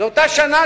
זו אותה שנה,